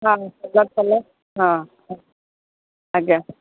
ହଁ ଅଲଗା କଲର୍ ହଁ ଆଜ୍ଞା